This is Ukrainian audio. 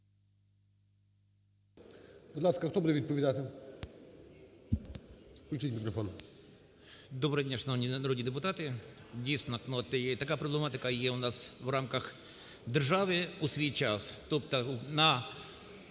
Доброго дня, шановні народні депутати, дійсно, така проблематика є у нас в рамках держави у свій час.